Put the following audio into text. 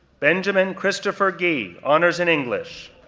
benjamin christopher gee, honors in english,